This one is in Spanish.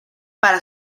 para